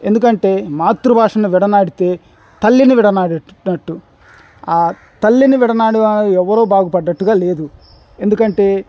ఎందుకంటే మాతృభాషని విడనాటితే తల్లిని విడనాడేటట్టు తల్లిని విడనాడి ఎవ్వరూ బాగుపడ్డట్టుగా లేదు ఎందుకంటే